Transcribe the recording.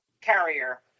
carrier